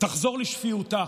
תחזור לשפיותה.